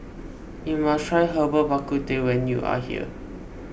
you must try Herbal Bak Ku Teh when you are here